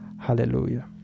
Hallelujah